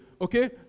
okay